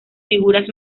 figuras